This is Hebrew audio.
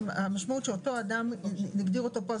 המשמעות היא שאותו אדם זכאי נגדיר אותו פה,